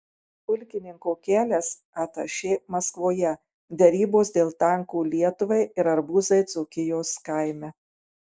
pulkininko kelias atašė maskvoje derybos dėl tankų lietuvai ir arbūzai dzūkijos kaime